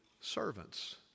servants